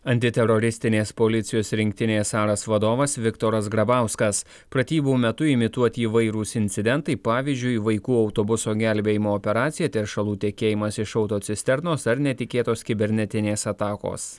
antiteroristinės policijos rinktinės aras vadovas viktoras grabauskas pratybų metu imituoti įvairūs incidentai pavyzdžiui vaikų autobuso gelbėjimo operacija teršalų tekėjimas iš autocisternos ar netikėtos kibernetinės atakos